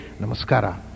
Namaskara